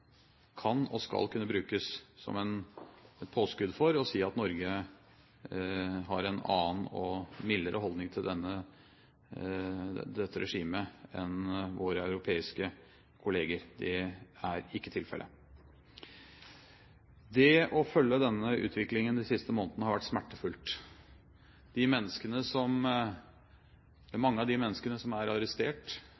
kan og skal kunne brukes som et påskudd for å si at Norge har en annen og mildere holdning til dette regimet enn våre europeiske kolleger. Det er ikke tilfellet. Det å følge denne utviklingen de siste månedene har vært smertefullt. Mange av de menneskene som er arrestert, som nå allerede er blitt dømt, eller